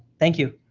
thank you.